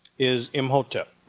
is imhotep.